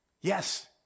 Yes